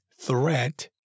threat